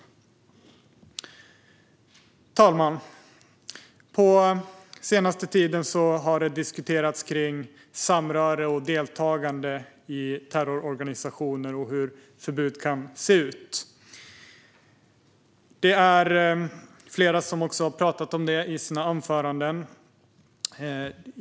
Fru talman! Den senaste tiden har samröre och deltagande i terrororganisationer diskuterats och hur förbud kan se ut. Flera har talat om detta i sina anföranden.